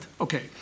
okay